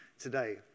today